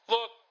Look